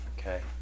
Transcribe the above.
Okay